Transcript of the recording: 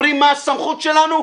אומרים מה הסמכות שלנו.